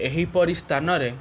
ଏହିପରି ସ୍ଥାନରେ